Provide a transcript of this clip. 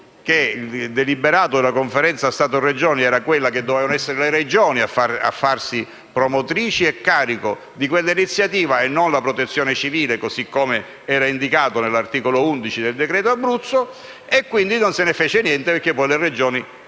che il deliberato della Conferenza Stato-Regioni stabiliva che dovevano essere le Regioni a farsi promotrici e carico di quell'iniziativa e non la Protezione civile, come indicato dall'articolo 11 del decreto Abruzzo. Non se ne fece niente perché poi le Regioni